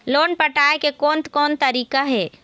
Loan पटाए के कोन कोन तरीका हे?